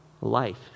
life